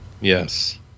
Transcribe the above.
yes